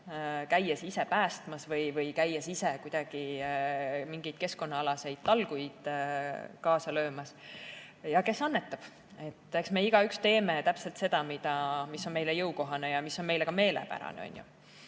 käies ise päästmas või käies ise kuidagi mingitel keskkonnatalgutel kaasa löömas, ja kes annetab. Eks me igaüks teeme täpselt seda, mis on meile jõukohane ja mis on meile ka meelepärane.